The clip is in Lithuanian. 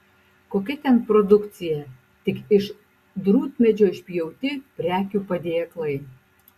kokia ten produkcija tik iš drūtmedžio išpjauti prekių padėklai